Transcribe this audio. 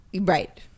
Right